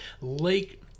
Lake